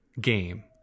game